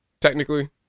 Technically